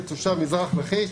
כתושב מזרח לכיש,